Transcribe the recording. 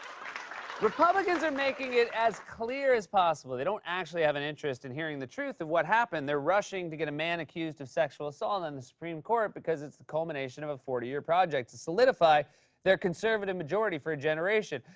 republicans are making it as clear as possible they don't actually have an interest in hearing the truth of what happened. they're rushing to get a man accused of sexual assault on the supreme court because it's the culmination of a forty year project to solidify their conservative majority for a generation.